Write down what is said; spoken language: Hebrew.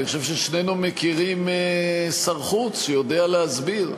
אני חושב ששנינו מכירים שר חוץ שיודע להסביר.